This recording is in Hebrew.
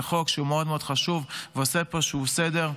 זה חוק חשוב מאוד, שעושה פה איזשהו סדר.